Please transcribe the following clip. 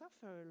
suffer